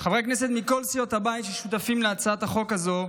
מכל סיעות הבית ששותפים להצעת חוק הזו,